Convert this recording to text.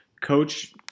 coach